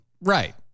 Right